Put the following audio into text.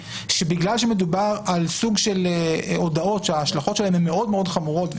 שבגלל שמדובר על סוג של הודעות שההשלכות שלהן הן מאוד מאוד חמורות,